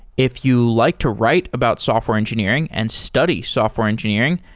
if you like to write about software engineering and study software engineering,